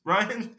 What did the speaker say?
Ryan